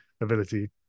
ability